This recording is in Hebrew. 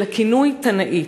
ולכינוי "תנאית".